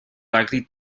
likely